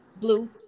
Blue